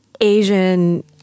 Asian